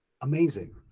amazing